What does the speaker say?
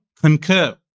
concur